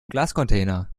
glascontainer